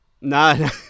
No